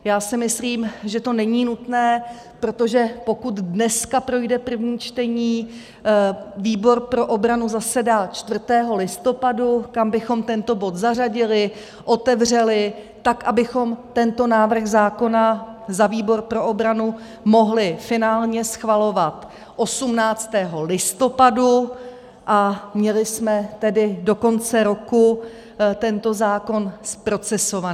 Já si myslím, že to není nutné, protože pokud dneska projde první čtení, výbor pro obranu zasedá 4. listopadu, kam bychom tento bod zařadili, otevřeli tak, abychom tento návrh zákona za výbor pro obranu mohli finálně schvalovat 18. listopadu a měli jsme tedy do konce roku tento zákon zprocesovaný.